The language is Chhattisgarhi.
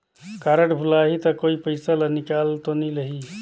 कारड भुलाही ता कोई पईसा ला निकाल तो नि लेही?